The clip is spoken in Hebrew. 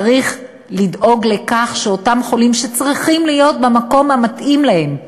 צריך לדאוג לכך שאותם חולים שצריכים להיות במקום המתאים להם,